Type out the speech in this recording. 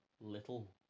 Little